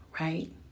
right